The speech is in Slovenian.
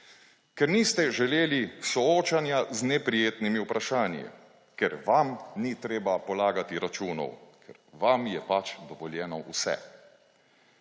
ker niste želeli soočanja z neprijetnimi vprašanji, ker vam ni treba polagati računov, ker vam je pač dovoljeno vse.